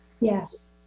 Yes